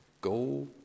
go